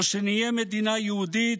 או שנהיה מדינה יהודית,